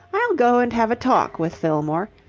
i'll go and have a talk with fillmore.